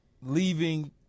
leaving